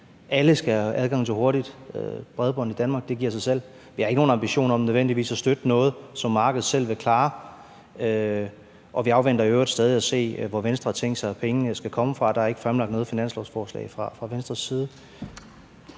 alle skal have adgang til hurtigt bredbånd i Danmark. Det giver sig selv. Vi har ikke nogen ambition om nødvendigvis at støtte noget, som markedet selv vil klare. Og vi afventer i øvrigt stadig at se, hvor Venstre har tænkt sig at pengene skal komme fra. Der er ikke fremlagt noget finanslovsforslag fra Venstres side.